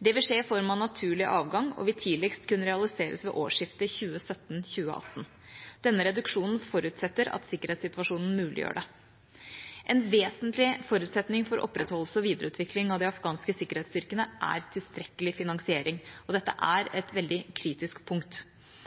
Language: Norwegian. Det vil skje i form av naturlig avgang og vil tidligst kunne realiseres ved årsskiftet 2017–2018. Denne reduksjonen forutsetter at sikkerhetssituasjonen muliggjør det. En vesentlig forutsetning for opprettholdelse og videreutvikling av de afghanske sikkerhetsstyrkene er tilstrekkelig finansiering. Dette er et veldig kritisk punkt.